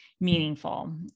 meaningful